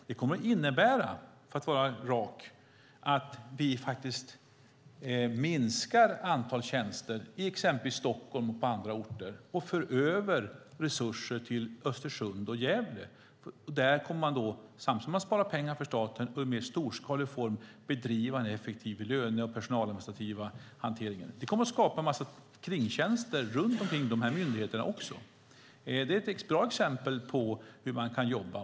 Det kommer att innebära - för att vara rak - att vi minskar antalet tjänster i Stockholm och på andra orter och för över resurser till Östersund och Gävle. Samtidigt som de sparar pengar åt staten kommer de att i en mer storskalig form bedriva en effektiv personaladministrativ hantering. Det kommer också att skapa en massa tjänster runt omkring de här myndigheterna. Det är ett bra exempel på hur man kan jobba.